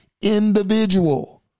individual